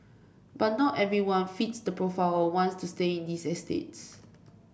but not everyone fits the profile or wants to stay in these estates